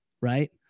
right